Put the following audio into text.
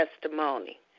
testimony